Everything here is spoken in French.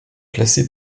classée